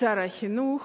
שר החינוך.